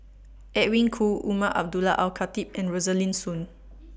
Edwin Koo Umar Abdullah Al Khatib and Rosaline Soon